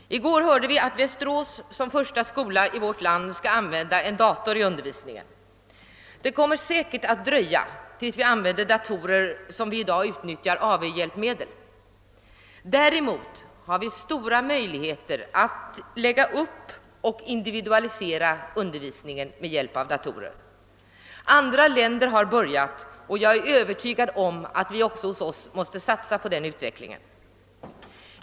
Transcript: I går hörde vi att Västerås som första skolstad i vårt land skall använda en dator i undervisningen. Det kommer säkerligen att dröja innan vi använder datorer som vi i dag utnyttjar AV-hjälpmedel. Däremot har vi stora möjligheter alt lägga upp och individualisera undervisningen med hjälp av datorer. Andra länder har börjat, och jag är övertygad om att vi också hos oss måste satsa på denna utveckling.